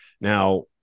Now